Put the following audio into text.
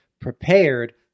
prepared